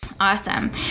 Awesome